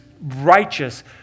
righteous